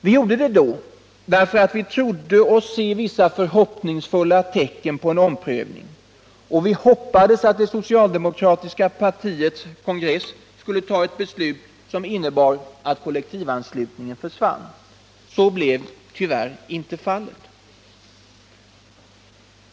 Vi gjorde det då därför att vi trodde oss se vissa förhoppningsfulla tecken på en omprövning, och vi hoppades att årets socialdemokratiska partikongress skulle fatta ett beslut som innebar att kollektivanslutningen försvann. Så blev tyvärr inte fallet.